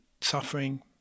suffering